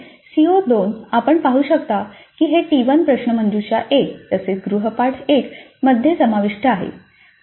त्याचप्रमाणे सीओ 2 आपण पाहू शकता की हे टी 1 प्रश्नमंजुषा 1 तसेच गृहपाठ 1 मध्ये समाविष्ट आहे